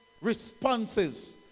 responses